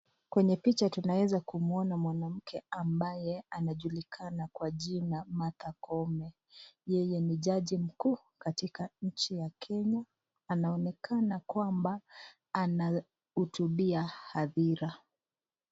Kwenye picha tunaweza kumuona mwanamke ambaye anajulikana kwa jina Martha Koome, yeye ni jaji mkuu katika nchi ya Kenya, anaonekana kwamba anahutubia hadhira.